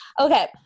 okay